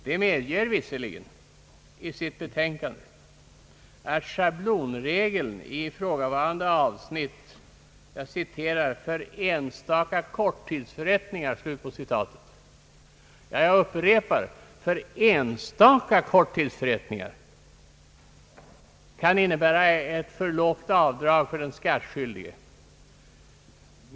De medger visserligen i sitt betänkande att schablonregeln i ifrågavarande avsnitt »för enstaka korttidsförrättningar» — jag upprepar »för enstaka korttidsförrättningar» — kan innebära ett för lågt avdrag för den skattskyldige.